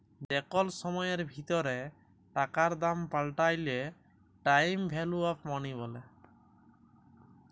যে কল সময়ের ভিতরে টাকার দাম পাল্টাইলে টাইম ভ্যালু অফ মনি ব্যলে